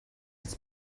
his